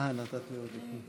אה, נתת לי עוד דפים.